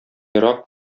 ерак